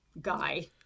guy